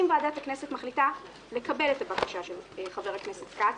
אם ועדת הכנסת מחליטה לקבל את הבקשה של חבר הכנסת כץ,